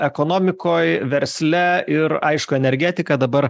ekonomikoj versle ir aišku energetika dabar